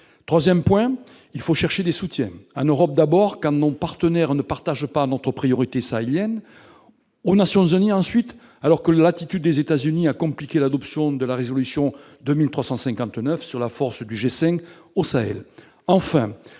troisième point, il faut chercher des soutiens, en Europe, d'abord, quand nos partenaires ne partagent pas notre priorité sahélienne, aux Nations unies, ensuite, alors que l'attitude des États-Unis a compliqué l'adoption de la résolution 2359 sur la force du G5 au Sahel,